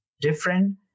different